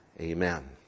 amen